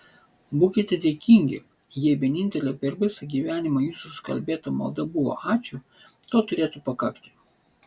būkite dėkingi jei vienintelė per visą gyvenimą jūsų sukalbėta malda buvo ačiū to turėtų pakakti